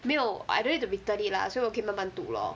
没有 I don't need to be return it lah 所以我可以慢慢读 lor